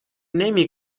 نمی